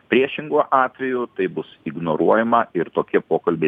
priešingu atveju tai bus ignoruojama ir tokie pokalbiai